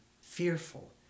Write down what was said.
fearful